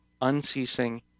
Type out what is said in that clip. unceasing